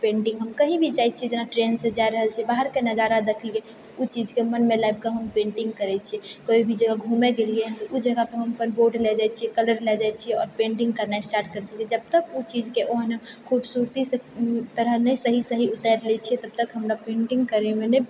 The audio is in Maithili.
पेन्टिंग हम कही भी जाइ छियै जेना ट्रेनसँ जा रहल छियै बाहरके नजारा देखलियै तऽ उ चीजके मनमे लाबिके हम पेन्टिंग करै छियै कोइ भी जगह घुमै गेलियै तऽ उ जगहपर हम अपन बोर्ड लए जाइ छियै कलर लए जाइ छियै आओर पेन्टिंग करनाइ स्टार्ट करि दै छियै जब तक उ चीजके ओहन खूबसूरतीसँ तरह नइ सही सही उतारि लै छियै तब तक हमरा पेन्टिंग करैमे नहि